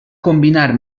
combinar